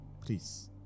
please